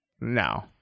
No